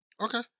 Okay